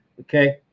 okay